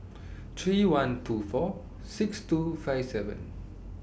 three one two four six two five seven